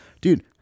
Dude